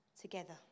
together